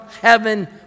heaven